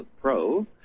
Pro